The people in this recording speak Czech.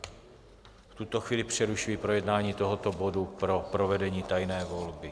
V tuto chvíli přerušuji projednání tohoto bodu pro provedení tajné volby.